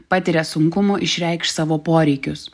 patiria sunkumų išreikšt savo poreikius